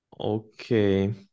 Okay